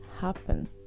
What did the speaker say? happen